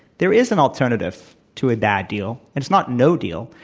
there is an alternative to a bad deal. it's not no deal.